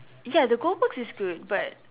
ya the Goldbergs is good but